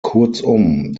kurzum